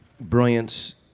brilliance